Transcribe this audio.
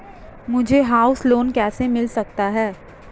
मुझे house loan कैसे मिल सकता है?